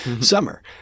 summer